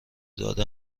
داد